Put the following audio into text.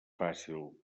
fàcil